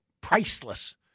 priceless